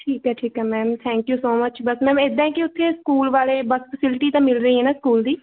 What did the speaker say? ਠੀਕ ਹੈ ਠੀਕ ਹੈ ma'am thank you so much ਬਸ ਮੈਮ ਇੱਦਾਂ ਹੈ ਕਿ ਉੱਥੇ ਸਕੂਲ ਵਾਲੇ ਬਸ ਫੈਸਿਲਿਟੀ ਤਾਂ ਮਿਲ ਰਹੀ ਹੈ ਨਾ ਸਕੂਲ ਦੀ